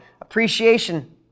appreciation